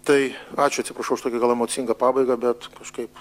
tai ačiū atsiprašau už tokią gal emocingą pabaigą bet kažkaip